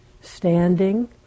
standing